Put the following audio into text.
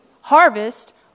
harvest